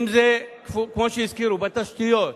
אם זה כמו שהזכירו בתשתיות,